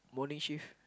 morning shift